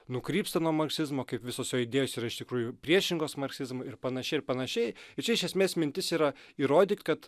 nukrypsta nuo marksizmo kaip visos jo idėjos yra iš tikrųjų priešingos marksizmui ir panašiai ir panašiai ir čia iš esmės mintis yra įrodyt kad